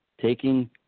taking